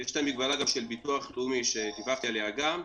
יש להם גם מגבלה של ביטוח לאומי שדיווחתי עליה גם.